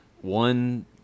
one